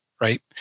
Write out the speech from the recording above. right